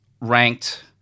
ranked